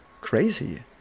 crazy